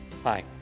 Hi